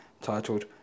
titled